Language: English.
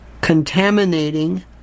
contaminating